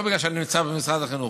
לא בגלל שאני נמצא במשרד החינוך.